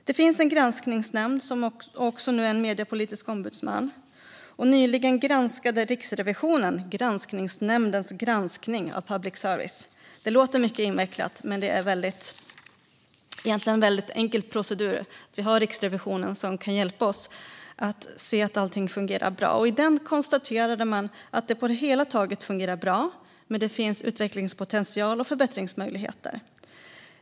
Det finns en granskningsnämnd, och nu också en mediepolitisk ombudsman, och nyligen granskade Riksrevisionen granskningsnämndens granskning av public service. Det låter mycket invecklat, men det är egentligen en enkel procedur. Riksrevisionen kan hjälpa oss att se över att allt fungerar bra. I granskningen konstaterade Riksrevisionen att det på det hela taget fungerar bra men att det finns utvecklingspotential och förbättringsmöjligheter.